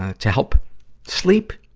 to help sleep,